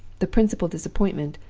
the principal disappointment,